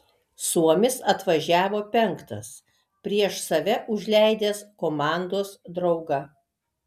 suomis atvažiavo penktas prieš save užleidęs komandos draugą